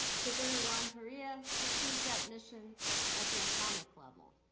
presenter juan perilla pursues that mission at the atomic level.